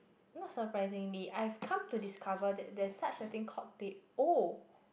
not surprisingly I've come to discover that there such a thing called they all